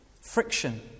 Friction